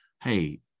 hey